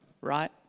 right